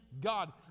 God